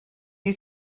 you